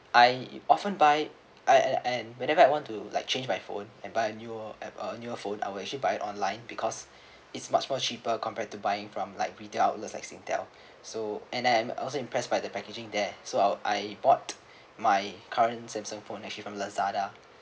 I often buy I at the end whenever I want to like change my phone and buy a new app new phone I will actually buy it online because it's much more cheaper compared to buying from like retail outlets like Singtel so and I'm also impressed by the packaging there so I'll I bought my current Samsung phone actually from Lazada